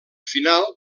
final